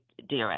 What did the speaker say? DRS